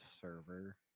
server